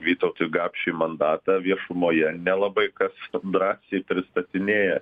vytautui gapšiui mandatą viešumoje nelabai kas kam drąsiai pristatinėja